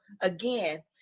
again